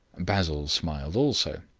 basil smiled also.